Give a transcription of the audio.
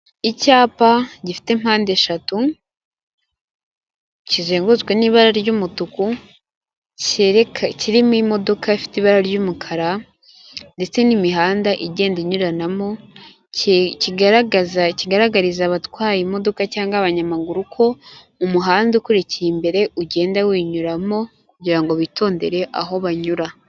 Icyapa gifite impandeshatu, kizengurutswe n'ibara ry'umutuku, kirimo imodoka ifite ibara ry'umukara, ndetse n'imihanda igenda inyuranamo, kigaragaza kigaragariza abatwaye imodoka cyangwa abanyamaguru ko umuhanda ukurikiye imbere ugenda winyuramo kugira ngo bitondere aho banyura.